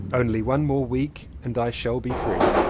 only one more week and i shall be free!